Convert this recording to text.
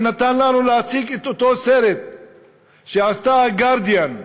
ונתן לנו להציג את אותו סרט שעשה ה"גרדיאן"